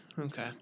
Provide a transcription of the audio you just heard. Okay